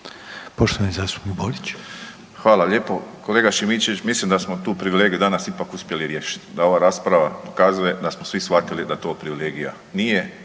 Poštovani zastupnik Borić. **Borić, Josip (HDZ)** Kolega Šimičević mislim da smo tu privilegiju danas ipak uspjeli riješiti. Da ova rasprava pokazuje da smo svi shvatili da to privilegija nije